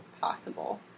possible